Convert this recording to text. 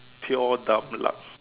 pure dumb luck